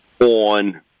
on